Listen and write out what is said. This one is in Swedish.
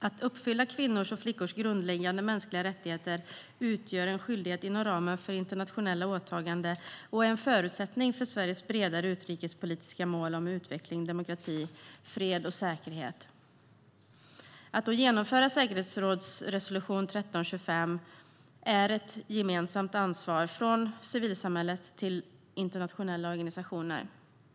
Att uppfylla kvinnors och flickors grundläggande mänskliga rättigheter utgör en skyldighet inom ramen för internationella åtaganden och är en förutsättning för Sveriges bredare utrikespolitiska mål om utveckling, demokrati, fred och säkerhet. Att genomföra säkerhetsrådets resolution 1325 är ett gemensamt ansvar, från civilsamhället till internationella organisationer.